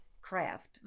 craft